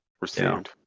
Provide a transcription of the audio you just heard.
received